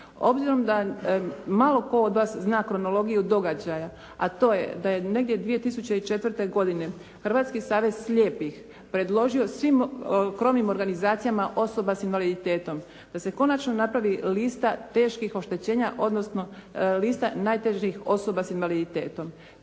Obzirom da malo tko od vas zna kronologiju događaja, a to je da je negdje 2004. godine Hrvatski savez slijepih predložio svim krovnim organizacijama osoba sa invaliditetom da se konačno napravi lista teških oštećenja, odnosno lista najtežih osoba s invaliditetom.